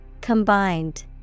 Combined